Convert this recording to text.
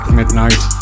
midnight